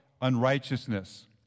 unrighteousness